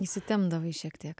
įsitempdavai šiek tiek